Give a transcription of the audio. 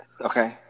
Okay